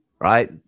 right